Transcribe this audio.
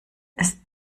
ist